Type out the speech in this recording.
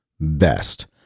best